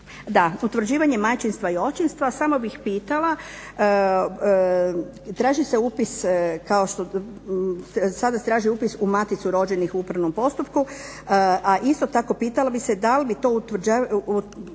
na utvrđivanje majčinstva i očinstva. Samo bih pitala, sad vas traže upis u Maticu rođenih u upravnom postupku, a isto tako pitala bih se dal bit o utvrđivanje